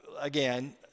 Again